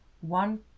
one